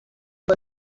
mba